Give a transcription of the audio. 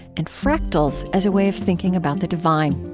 and fractals as a way of thinking about the divine.